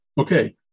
okay